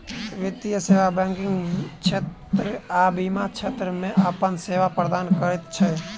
वित्तीय सेवा बैंकिग क्षेत्र आ बीमा क्षेत्र मे अपन सेवा प्रदान करैत छै